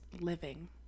living